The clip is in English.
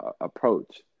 approach